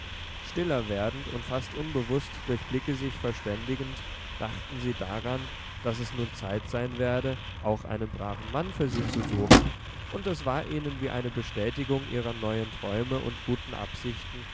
stiller werdend und fast unbewußt durch blicke sich verständigend dachten sie daran daß es nun zeit sein werde auch einen braven mann für sie zu suchen und es war ihnen wie eine bestätigung ihrer neuen träume und guten absichten